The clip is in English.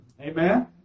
Amen